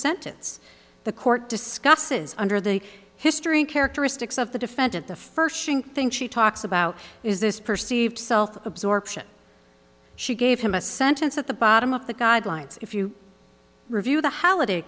sentence the court discusses under the history characteristics of the defendant the first thing she talks about is this perceived self absorption she gave him a sentence at the bottom of the guidelines if you review the holiday